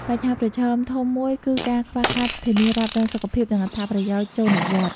បញ្ហាប្រឈមធំមួយគឺការខ្វះខាតធានារ៉ាប់រងសុខភាព និងអត្ថប្រយោជន៍ចូលនិវត្តន៍។